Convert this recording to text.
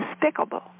despicable